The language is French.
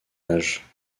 âge